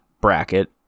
bracket